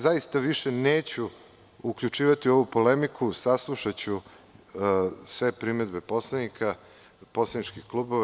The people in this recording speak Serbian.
Zaista se više neću uključivati u ovu polemiku, saslušaću sve primedbe poslanika, poslaničkih klubova.